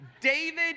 David